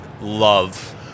Love